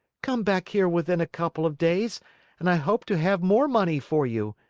come back here within a couple of days and i hope to have more money for you!